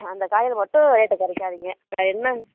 அந்த காயில் மட்டும் ரேட்டை குறைக்காதீங்க வேறு என்ன